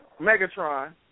Megatron